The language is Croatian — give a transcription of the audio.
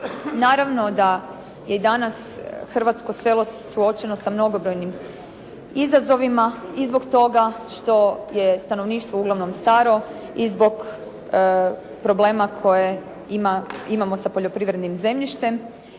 Naravno da je danas hrvatsko selo suočeno sa mnogobrojnim izazovima i zbog toga što je stanovništvo uglavnom staro i zbog problema koje imamo sa poljoprivrednim zemljištem